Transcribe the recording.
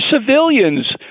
civilians